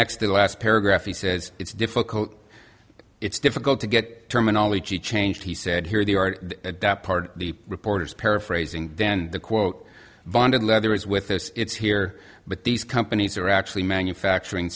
next to last paragraph he says it's difficult it's difficult to get terminology changed he said here they are part of the reporter's paraphrasing dan the quote vaunted leather is with us it's here but these companies are actually manufacturing